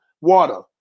water